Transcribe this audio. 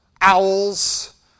owls